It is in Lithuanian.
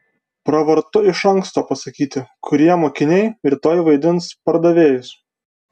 pravartu iš anksto pasakyti kurie mokiniai rytoj vaidins pardavėjus